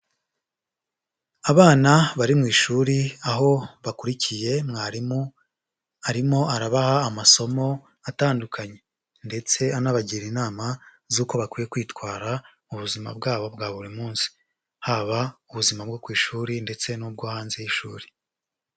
Abana bari mu ishuri aho bakurikiye mwarimu, arimo arabaha amasomo atandukanye. Ndetse anabagira inama z'uko bakwiye kwitwara mu buzima bwabo bwa buri munsi. Haba ubuzima bwo ku ishuri ndetse n'ubwo hanze y'ishuri.